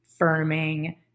firming